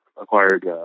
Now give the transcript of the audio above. acquired